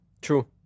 true